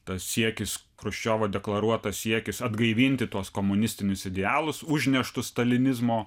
tas siekis chruščiovo deklaruotas siekis atgaivinti tuos komunistinius idealus užneštus stalinizmo